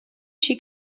she